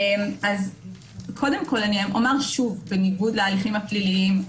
שוב - בניגוד להליכים הפליליים,